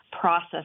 process